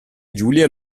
giulia